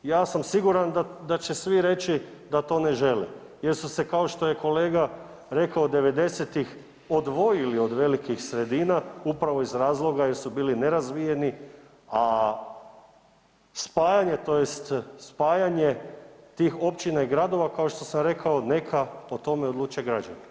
Ja sam siguran da će svi reći da to ne žele jer su se kao što je kolega rekao '90.-tih odvojili od velikih sredina upravo iz razloga jer su bili nerazvijeni, a spajanje tj. spajanje tih općina i gradova kao što sam rekao neka o tome odluče građani.